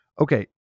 Okay